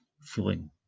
feeling